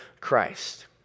Christ